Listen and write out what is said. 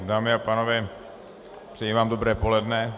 Dámy a pánové, přeji vám dobré poledne.